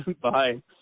Bye